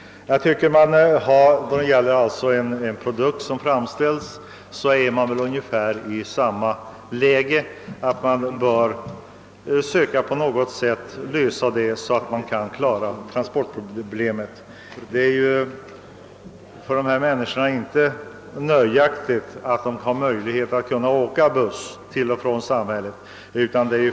När det gäller en framställd produkt befinner man sig i ungefär samma läge. Transportproblemet bör på något sätt lösas. För dessa människor i glesbygderna är det inte tillräckligt att ha möjlighet att åka buss till och från samhället.